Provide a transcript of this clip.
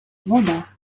woda